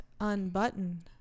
unbutton